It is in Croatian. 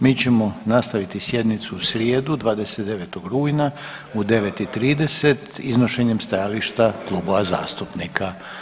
Mi ćemo nastaviti sjednicu u srijedu, 29. rujna u 9 i 30 iznošenjem stajališta klubova zastupnika.